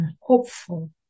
hopeful